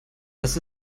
das